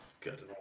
Good